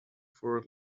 for